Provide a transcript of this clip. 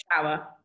shower